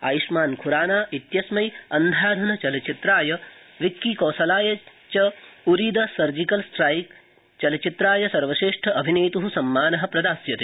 आयुष्मानखराना इत्यस्मै अन्धाधन्ध चलचित्राय विक्कीकौशलाय Uri surgical strike चलचित्राय सर्वश्रेष्ठाभिनेत् सम्मान प्रधास्यते